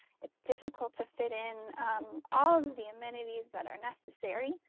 it's difficult to fit in all of the amenities that are necessary.